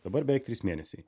dabar beveik trys mėnesiai